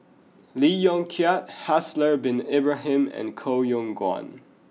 Lee Yong Kiat Haslir Bin Ibrahim and Koh Yong Guan